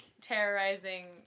terrorizing